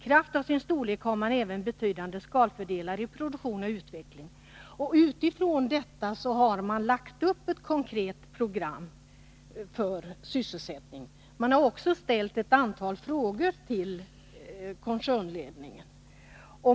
I kraft av sin storlek har man även betydande skalfördelar i produktion och utveckling.” Utifrån detta har man lagt upp ett konkret program för sysselsättning. Man har också ställt ett antal frågor till koncernledningen.